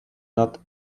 not